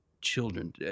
children